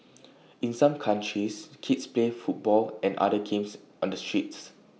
in some countries kids play football and other games on the streets